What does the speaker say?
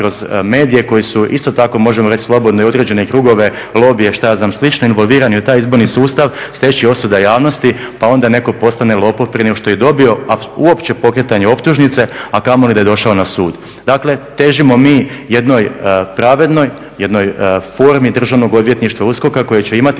kroz medije koji su, isto tako možemo reći slobodno i određene krugove, lobije i slično, evolvirani u taj izborni sustav, steći usude javnosti, pa onda neko postane lopov prije nego što je i dobio uopće pokretanje optužnice a kamoli da je došao na sud. Dakle, težimo mi jednoj pravednoj, jednoj formi državnog odvjetništva, USKOK-a koje će imati